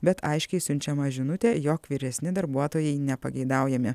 bet aiškiai siunčiama žinutė jog vyresni darbuotojai nepageidaujami